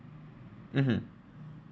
mmhmm